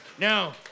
No